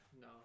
No